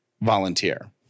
volunteer